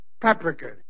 paprika